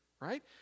right